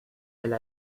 elle